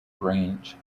branch